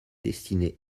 destiné